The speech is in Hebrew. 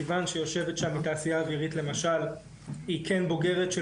סיון שיושבת שם בתעשייה האווירית למשל היא כן בוגרת של